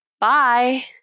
Bye